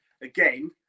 again